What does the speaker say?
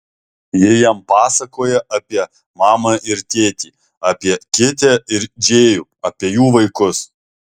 ji jam pasakoja apie mamą ir tėtį apie kitę ir džėjų apie jų vaikus